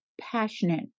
passionate